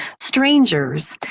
strangers